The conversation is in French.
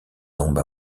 tombe